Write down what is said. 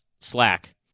Slack